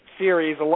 series